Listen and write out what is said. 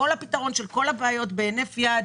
כל הפתרון של כל הבעיות ניתן לעשות בהינף יד,